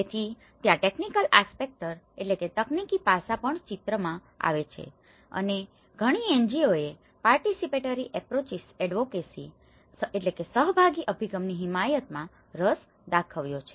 તેથી ત્યાં technical aspects aspects તકનીકી પાસા પણ ચિત્રમાં આવે છે અને ઘણી NGOએ પાર્ટીસીપેટરી એપ્રોચીસ એડવોકેસીparticipatory approaches advocacy સહભાગી અભિગમની હિમાયતમાં રસ દાખવ્યો છે